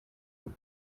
juba